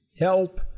help